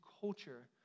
culture